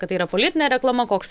kad tai yra politinė reklama koks